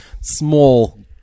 small